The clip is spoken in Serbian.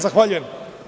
Zahvaljujem.